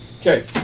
Okay